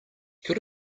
could